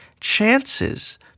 chances